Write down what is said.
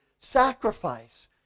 sacrifice